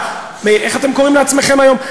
איך אתם קוראים לעצמכם היום,